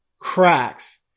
cracks